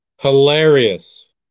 Hilarious